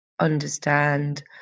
understand